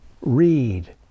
read